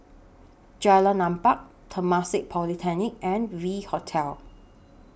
Jalan Empat Temasek Polytechnic and V Hotel